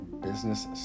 business